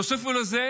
תוסיפו לזה